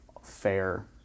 Fair